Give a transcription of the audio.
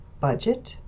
budget